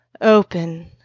Open